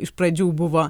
iš pradžių buvo